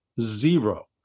Zero